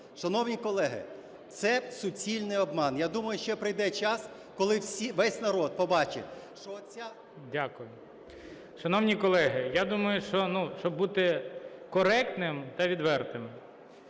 Шановні колеги, це суцільний обман. Я думаю, ще прийде час, коли весь народ побачить, що ця… ГОЛОВУЮЧИЙ. Дякую. Шановні колеги, я думаю, що… Ну, щоб бути коректним та відвертим,